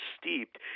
steeped